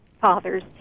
fathers